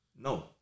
no